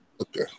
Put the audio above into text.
okay